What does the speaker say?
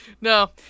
No